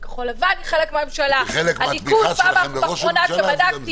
כחול לבן היא חלק מהממשלה -- וחלק מהתמיכה שלכם בראש הממשלה זה גם זה.